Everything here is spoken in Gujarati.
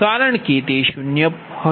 તેથી તે 0 હશે